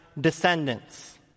descendants